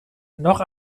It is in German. noch